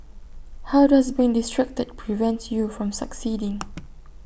how does being distracted prevent you from succeeding